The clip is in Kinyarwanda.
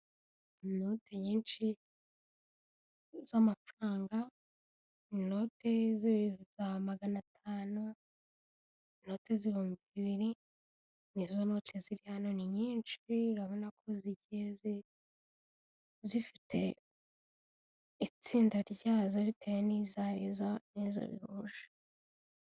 Inote nyinshi z'amafaranga, inote za magana atanu, inote z'ibumbi bibiri ni zo note ziri hano ni nyinshi, urabona ko zigiye zifite itsinda ryazo bitewe n'izo arizo n'izo bihuje.